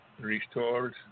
restored